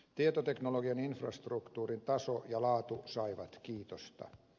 tietoteknologian infrastruktuurin taso ja laatu saivat kiitosta